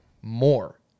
More